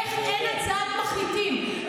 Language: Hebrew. איך אין הצעת מחליטים?